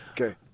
Okay